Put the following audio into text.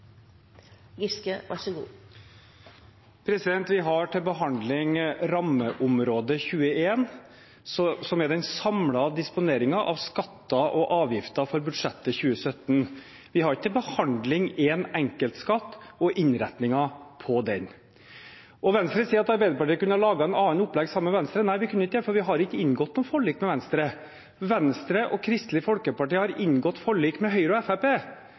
avgifter i budsjettet for 2017. Vi har ikke til behandling en enkeltskatt og innretningen på den. Venstre sier at Arbeiderpartiet kunne ha laget et annet opplegg sammen med Venstre. Nei, vi kunne ikke det, for vi har ikke inngått noe forlik med Venstre. Venstre og Kristelig Folkeparti har inngått forlik med Høyre og